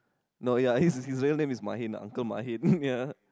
no ya his his real name is Maheen Uncle-Maheen